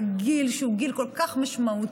בגיל שהוא גיל כל כך משמעותי,